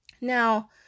Now